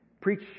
Preach